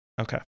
Okay